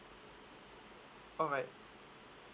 alright